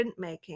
printmaking